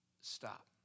stop